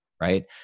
right